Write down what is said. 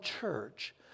church